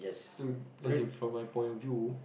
so that's in from my point of view